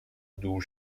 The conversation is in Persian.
دور